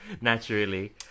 Naturally